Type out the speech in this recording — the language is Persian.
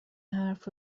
حرف